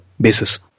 basis